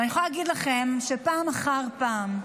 ואני יכולה להגיד לכם שפעם אחר פעם,